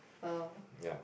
!wow!